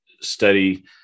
study